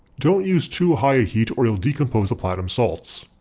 don't use too high a heat or you'll decompose the platinum salts.